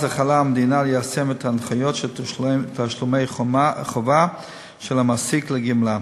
אז החלה המדינה ליישם את ההנחיות של תשלומי חובה של המעסיק לגמלה.